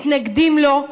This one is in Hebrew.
מתנגדים לו,